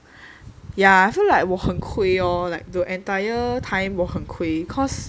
yeah I feel like 我很亏 or like the entire time 我很亏 cause